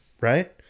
right